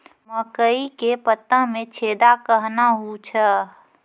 मकई के पत्ता मे छेदा कहना हु छ?